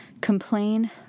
complain